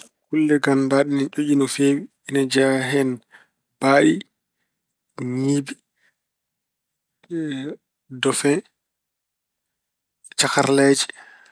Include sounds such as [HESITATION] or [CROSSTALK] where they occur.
Golle nganndaaɗe ina ƴoƴi no feewi, ina jeyaa hen baaɗi, ñiibi, [HESITATION] dofe, cakkarleeje.